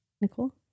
Nicole